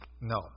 No